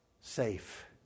safe